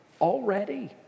already